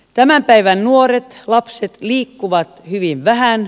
tämän päivän nuoret lapset liikkuvat hyvin vähän